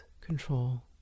control